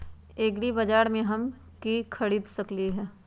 एग्रीबाजार से हम की की खरीद सकलियै ह?